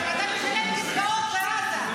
אתה משלם קצבאות לעזה.